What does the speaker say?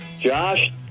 Josh